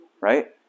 Right